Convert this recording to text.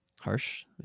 Harsh